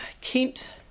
Kent